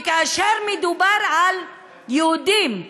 כאשר מדובר על יהודים,